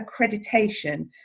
accreditation